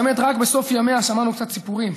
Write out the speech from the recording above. האמת היא שרק בסוף ימיה שמענו קצת סיפורים.